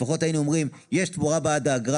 לפחות היינו אומרים יש תמורה בעד האגרה